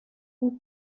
who